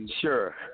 Sure